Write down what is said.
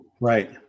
Right